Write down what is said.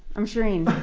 i'm shereen.